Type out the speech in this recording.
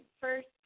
first